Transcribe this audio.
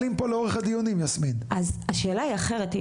אבל השאלה היא אחרת,